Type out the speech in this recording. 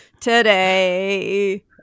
today